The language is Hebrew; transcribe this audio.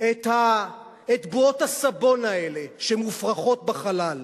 את בועות הסבון הללו שמופרחות בחלל,